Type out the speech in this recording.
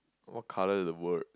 what colour is the word